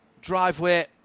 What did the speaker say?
driveway